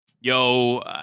yo